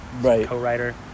co-writer